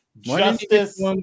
justice